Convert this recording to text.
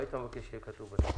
מה היית מבקש שיהיה כתוב בצו?